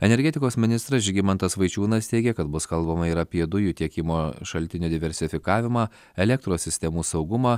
energetikos ministras žygimantas vaičiūnas teigė kad bus kalbama ir apie dujų tiekimo šaltinių diversifikavimą elektros sistemų saugumą